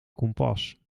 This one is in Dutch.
kompas